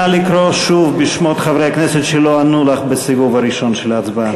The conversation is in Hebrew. נא לקרוא שוב בשמות חברי הכנסת שלא ענו לך בסיבוב הראשון של ההצבעה.